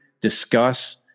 discuss